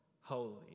holy